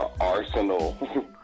arsenal